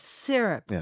syrup